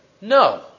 No